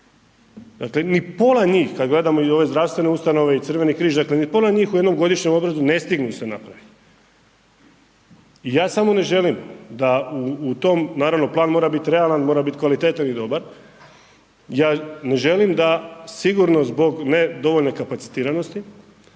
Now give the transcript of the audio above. Dakle, mi pola njih kad gledamo i ove zdravstvene ustanove i Crveni križ, dakle mi pola njih u jednom godišnjem obradu ne stignu se napraviti. Ja samo ne želim da u tom, naravno plan mora biti realan, mora bit kvalitetan i dobar, ja ne želim da sigurno zbog nedovoljne kapacitiranosti